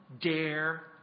dare